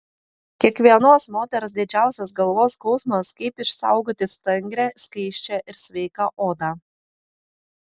kiekvienos moters didžiausias galvos skausmas kaip išsaugoti stangrią skaisčią ir sveiką odą